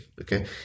okay